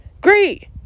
Great